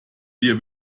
wir